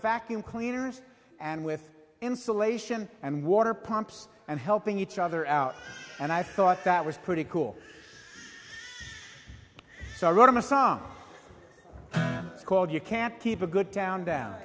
vacuum cleaners and with insulation and water pumps and helping each other out and i thought that was pretty cool so i wrote him a song called you can't keep a good town down